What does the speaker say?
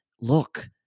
look